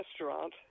restaurant